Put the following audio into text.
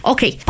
Okay